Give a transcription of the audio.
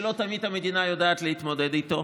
שלא תמיד המדינה יודעת להתמודד איתו,